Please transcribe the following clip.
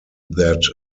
that